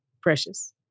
precious